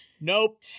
nope